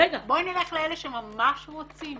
בואי נלך לאלה שממש רוצים